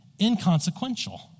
inconsequential